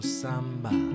samba